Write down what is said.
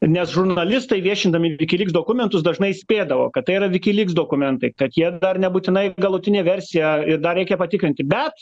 nes žurnalistai viešindami wikileaks dokumentus dažnai įspėdavo kad tai yra wikileaks dokumentai kad jie dar nebūtinai galutinė versija ir dar reikia patikrinti bet